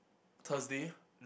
Thursday